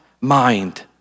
mind